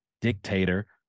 dictator